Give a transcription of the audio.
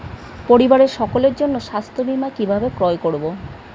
পরিবারের সকলের জন্য স্বাস্থ্য বীমা কিভাবে ক্রয় করব?